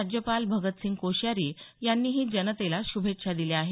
राज्याचे राज्यपाल भगतसिंह कोश्यारी यांनीही जनतेला शुभेच्छा दिल्या आहेत